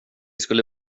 skulle